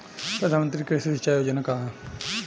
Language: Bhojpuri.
प्रधानमंत्री कृषि सिंचाई योजना का ह?